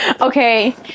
okay